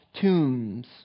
tombs